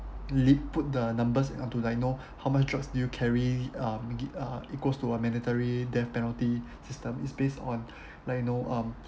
really put the numbers to like you know how much drugs do you carry um it goes to a mandatory death penalty system is based on like you know um